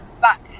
back